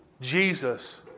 Jesus